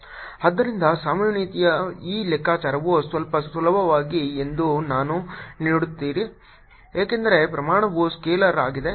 Vz2πσ4π00Rrdrr2z2 Let r2z2y2ydyrdr Vz2πσ4π0|z|R2z2ydyy20R2z2 z ಆದ್ದರಿಂದ ಸಂಭಾವ್ಯತೆಯ ಈ ಲೆಕ್ಕಾಚಾರವು ಸ್ವಲ್ಪ ಸುಲಭವಾಗಿದೆ ಎಂದು ನೀವು ನೋಡುತ್ತೀರಿ ಏಕೆಂದರೆ ಪ್ರಮಾಣವು ಸ್ಕೇಲಾರ್ ಆಗಿದೆ